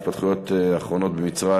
ההתפתחויות האחרונות במצרים,